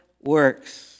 works